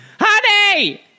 Honey